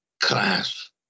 class